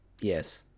yes